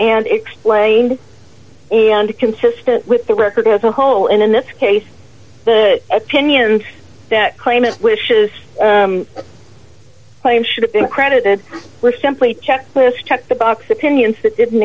and explained and consistent with the record as a whole and in this case the opinions that claimant wishes to claim should have been credited were simply checklist checked the box opinions that didn't